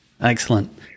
Excellent